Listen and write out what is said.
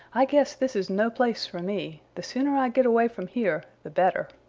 i guess this is no place for me. the sooner i get away from here the better.